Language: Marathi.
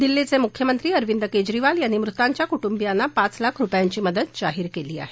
दिल्लीचे मुख्यमंत्री अरविंद केजरीवाल यांनी मृतांच्या कुटुंबियांना पाच लाख रुपयांची मदत जाहीर केली आहे